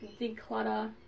declutter